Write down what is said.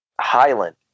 Highland